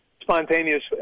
spontaneous